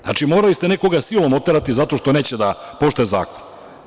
Znači, morali ste nekoga silom oterati zato što neće da poštuje zakon.